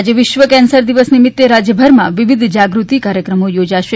આજે વિશ્વ કેન્સર દિવસ નિમિત્તે રાજ્યભરમાં વિવિધ જાગૃત્તિ કાર્યક્રમો યોજાશે